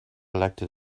elected